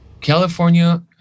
California